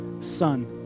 son